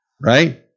right